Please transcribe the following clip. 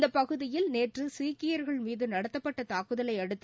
இந்த பகுதியில் நேற்று சீக்கியர்கள் மீது நடத்தப்பட்ட தாக்குதலையடுத்து